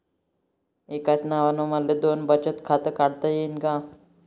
एकाच नावानं मले दोन बचत खातं काढता येईन का?